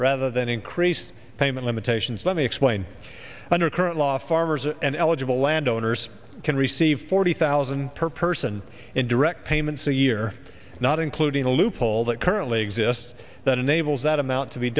rather than increase payment limitations let me explain under current law farmers and eligible landowners can you see forty thousand per person in direct payments a year not including the loophole that currently exists that enables that amount to be